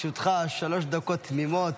לרשותך שלוש דקות תמימות.